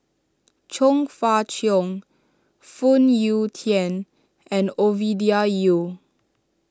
Chong Fah Cheong Phoon Yew Tien and Ovidia Yu